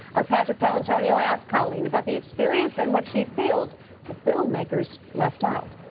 our patrick paolantonio asked colleen about the experience and what she feels the filmmakers left out.